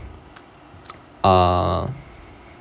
uh